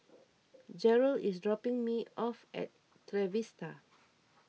Jeryl is dropping me off at Trevista